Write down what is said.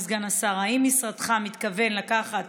אדוני סגן השר: 1. האם משרדך מתכוון לקחת